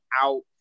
out